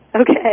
Okay